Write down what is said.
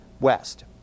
west